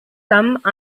some